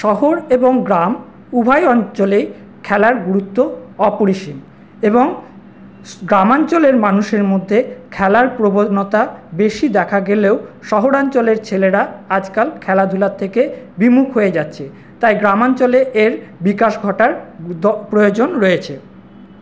শহর এবং গ্রাম উভয় অঞ্চলেই খেলার গুরুত্ব অপরিসীম এবং গ্রামাঞ্চলের মানুষের মধ্যে খেলার প্রবণতা বেশী দেখা গেলেও শহরাঞ্চলের ছেলেরা আজকাল খেলাধুলার থেকে বিমুখ হয়ে যাচ্ছে তাই গ্রামাঞ্চলে এর বিকাশ ঘটার দ প্রয়োজন রয়েছে